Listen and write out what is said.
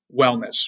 wellness